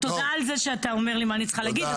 תודה על זה שאתה אומר לי מה אני צריכה להגיד,